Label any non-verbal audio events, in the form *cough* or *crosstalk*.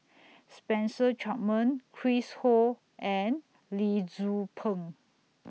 *noise* Spencer Chapman Chris Ho and Lee Tzu Pheng